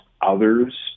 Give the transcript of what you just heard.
others